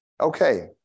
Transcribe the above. Okay